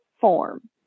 form